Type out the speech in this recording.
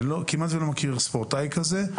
כמעט ולא שמעתי על ספורטאי כזה.